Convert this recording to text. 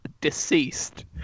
deceased